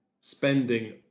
spending